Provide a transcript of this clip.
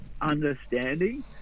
understanding